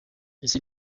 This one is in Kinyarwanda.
ese